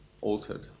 altered